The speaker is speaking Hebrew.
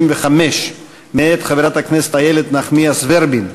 175 מאת חברת הכנסת איילת נחמיאס ורבין.